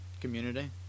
Community